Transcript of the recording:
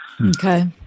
Okay